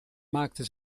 maakte